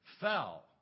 fell